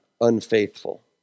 unfaithful